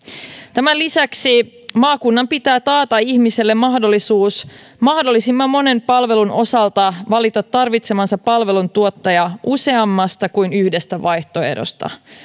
tämän lisäksi maakunnan pitää taata ihmiselle mahdollisuus mahdollisimman monen palvelun osalta valita tarvitsemansa palveluntuottaja useammasta kuin yhdestä vaihtoehdosta